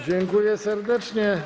Dziękuję serdecznie.